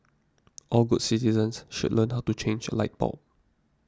all good citizens should learn to how to change a light bulb